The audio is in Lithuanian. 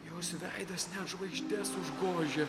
jos veidas net žvaigždes užgožia